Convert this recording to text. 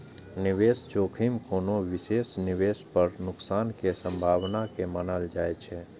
निवेश जोखिम कोनो विशेष निवेश पर नुकसान के संभावना के मानल जाइ छै